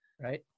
Right